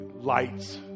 lights